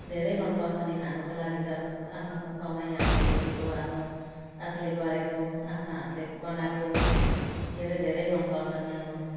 धेरै मन पर्छ नि खानुको लागि त अब आफ्नो कमाइ आफ्नो खेतीको आफ्नो आफूले गरेको आफ्नो हातले बनाएको धेरै धेरै मन पर्छ नि अब